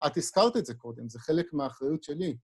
את הזכרת את זה קודם, זה חלק מהאחריות שלי.